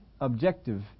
objective